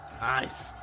Nice